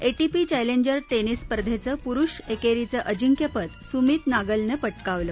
ATP challenger टर्टिस स्पर्धेचं पुरुष एकशींचं अजिंक्यपद सुमित नागलनप्रिटकावलं